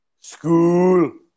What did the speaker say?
School